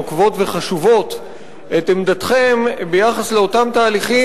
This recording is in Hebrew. נוקבות וחשובות את עמדתכם ביחס לאותם תהליכים,